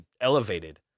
elevated